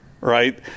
Right